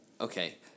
Okay